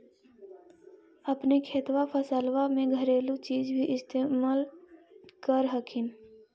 अपने खेतबा फसल्बा मे घरेलू चीज भी इस्तेमल कर हखिन?